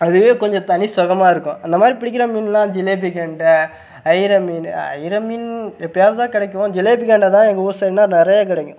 அதுவே கொஞ்சம் தனி சுகமா இருக்கும் அந்த மாதிரி பிடிக்கிற மீன்லாம் ஜிலேபி கெண்டை அயிரை மீன் அயிரை மீன் எப்பையாவது தான் கிடைக்கும் ஜிலேபி கெண்டை தான் எங்கள் ஊர் சைடுனா நிறைய கிடைக்கும்